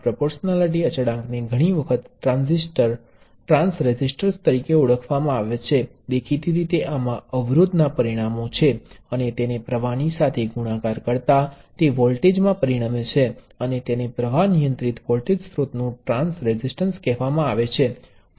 voltage નિયંત્રિત voltage સ્ત્રોત તમને સ્કેલ કરેલું વોલ્ટેજ આપે છે અને પ્ર્વાહ નિયંત્રિત પ્રવાહ સ્ત્રોત તમને સ્કેલ કરેલું પ્રવાહ આપે છે